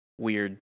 weird